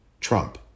Trump